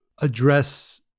address